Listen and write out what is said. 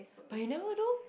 but you never do